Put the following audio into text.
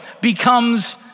becomes